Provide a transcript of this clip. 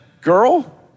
Girl